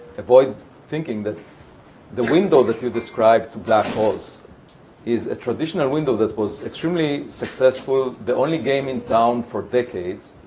avoid thinking that the window that you described to black holes is a traditional window that was extremely successful, the only game in town for decades,